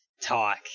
talk